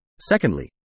Secondly